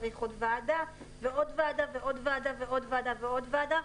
וצריך עוד ועדה ועוד ועדה ועוד ועדה ועוד ועדה ועוד ועדה.